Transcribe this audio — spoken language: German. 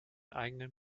eigenen